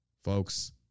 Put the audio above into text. Folks